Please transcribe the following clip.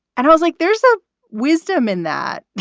and i was like, there's a wisdom in that